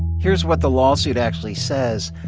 here's what the lawsuit actually says.